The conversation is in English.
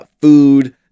food